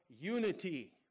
unity